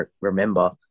remember